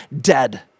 dead